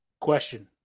Question